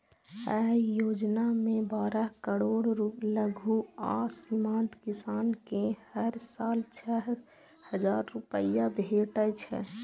अय योजना मे बारह करोड़ लघु आ सीमांत किसान कें हर साल छह हजार रुपैया भेटै छै